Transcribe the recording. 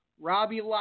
Robbie